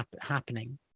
happening